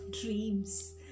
Dreams